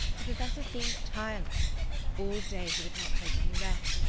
the professor seems tireless all day he would not take any rest,